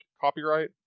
copyright